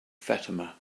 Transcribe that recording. fatima